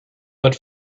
but